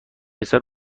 رسد